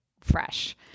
fresh